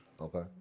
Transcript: Okay